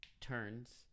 turns